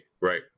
Right